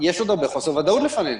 שוב, יש עוד הרבה חוסר ודאות בפנינו.